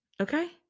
Okay